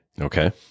Okay